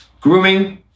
grooming